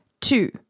two